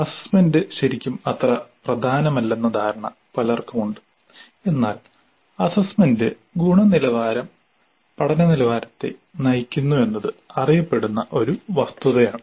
assessment ശരിക്കും അത്ര പ്രധാനമല്ലെന്ന ധാരണ പലർക്കും ഉണ്ട് എന്നാൽ അസ്സസ്സ്മെന്റ് ഗുണനിലവാരം പഠന നിലവാരത്തെ നയിക്കുന്നുവെന്നത് അറിയപ്പെടുന്ന ഒരു വസ്തുതയാണ്